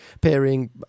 pairing